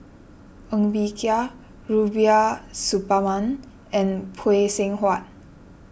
Ng Bee Kia Rubiah Suparman and Phay Seng Whatt